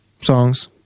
songs